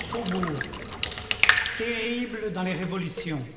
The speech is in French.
faubourgs terribles dans les révolutions